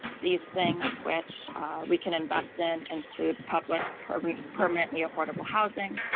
these things which we can invest in include public public permanently affordable housing,